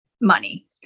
money